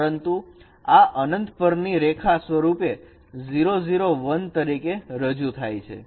પરંતુ આ અનંત પર ની રેખા સ્વરૂપે તરીકે રજૂ થાય છે